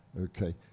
Okay